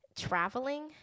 traveling